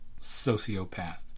sociopath